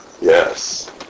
Yes